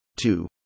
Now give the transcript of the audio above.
Two